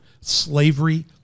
slavery